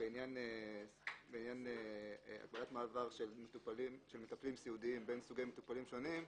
בעניין הגבלת מעבר של מטפלים סיעודיים בין סוגי מטופלים שונים,